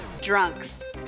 drunks